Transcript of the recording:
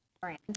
brand